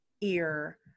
ear